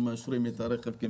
מאשרים את הנהג ואת הרכב.